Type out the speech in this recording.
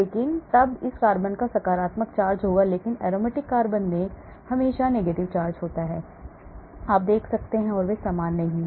लेकिन तब इस कार्बन पर सकारात्मक चार्ज होता है लेकिन aromatic कार्बन में negative charge होता है आप देख सकते हैं और वे समान नहीं हैं